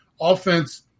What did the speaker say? offense